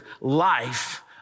life